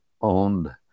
owned